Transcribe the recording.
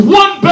one